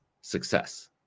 success